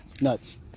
nuts